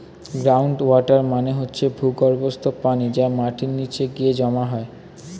ground water মানে হচ্ছে ভূগর্ভস্থ পানি যা মাটির নিচে গিয়ে জমা হয়